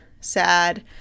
sad